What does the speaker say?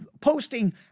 posting